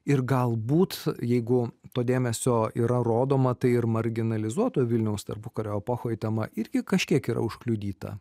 ir galbūt jeigu to dėmesio yra rodoma tai ir marginalizuoto vilniaus tarpukario epochoj tema irgi kažkiek yra užkliudyta